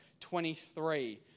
23